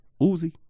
Uzi